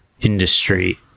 industry